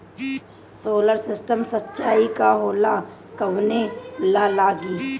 Solar system सिचाई का होला कवने ला लागी?